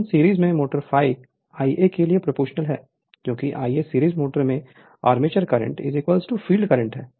लेकिन सीरीज में motor ∅ Ia के लिए प्रोपोर्शनल है क्योंकि Ia सीरीज मोटर में आर्मेचर करंट फ़ील्ड करंट है